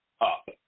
up